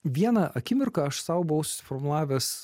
vieną akimirką aš sau buvau susiformavęs